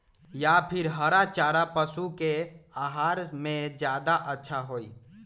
या फिर हरा चारा पशु के आहार में ज्यादा अच्छा होई?